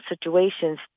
situations